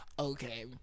Okay